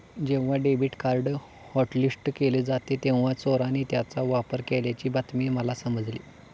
जेव्हा debit card hotlist केले होते तेव्हा चोराने त्याचा वापर केल्याची बातमी मला समजली